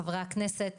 חברי הכנסת,